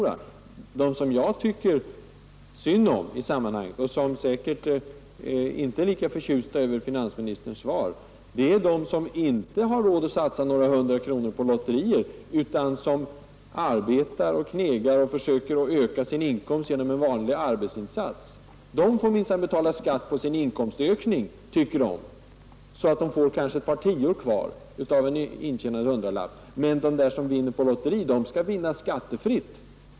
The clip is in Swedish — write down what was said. De som jag tycker synd om i detta sammanhang, och som säkerligen inte är förtjusta över finansministerns svar, är de som inte har råd att satsa 100-tals kronor på lotterier, utan som genom en vanlig arbetsinsats försöker öka sin inkomst. De får minsann betala skatt. De tänker att de måste betala skatt på sin inkomstökning, så att de kanske bara får ett par tior kvar av en intjänad 100-lapp, medan de som vinner på lotteri skall få göra det skattefritt.